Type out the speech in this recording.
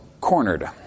cornered